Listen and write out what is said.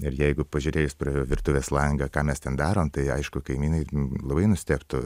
ir jeigu pažiūrėjus pro virtuvės langą ką mes ten darom tai aišku kaimynai labai nustebtų